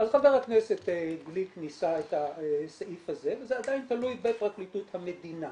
אז חבר הכנסת גליק ניסה את הסעיף הזה וזה עדיין תלוי בפרקליטות המדינה,